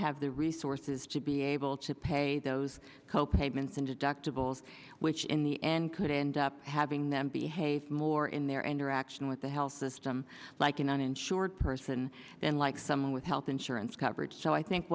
have the resources to be able to pay those co payments and deductibles which in the end could end up having them behave more in their interaction with the health system like an uninsured person then like someone with health insurance coverage so i think